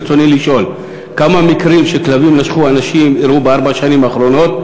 רצוני לשאול: 1. כמה מקרים של נשיכות כלבים אירעו בארבע השנים האחרונות?